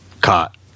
caught